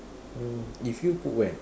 mm if you put where